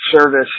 service